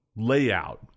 layout